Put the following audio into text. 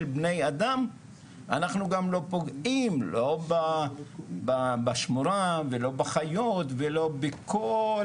בני-האדם אנחנו גם לא פוגעים לא בשמורה ולא בחיות ולא בכל